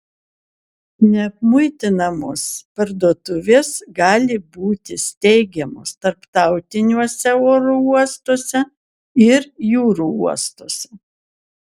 neapmuitinamos parduotuvės gali būti steigiamos tarptautiniuose oro uostuose ir jūrų uostuose